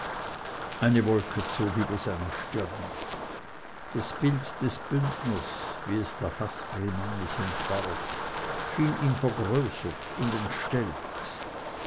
eine wolke zog über seine stirn das bild des bündners wie es der haß grimanis entwarf schien ihm vergrößert und entstellt